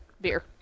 beer